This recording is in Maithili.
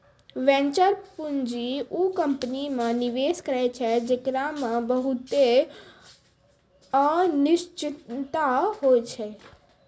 वेंचर पूंजी उ कंपनी मे निवेश करै छै जेकरा मे बहुते अनिश्चिता होय छै